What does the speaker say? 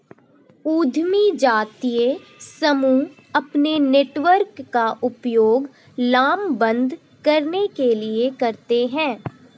उद्यमी जातीय समूह अपने नेटवर्क का उपयोग लामबंद करने के लिए करते हैं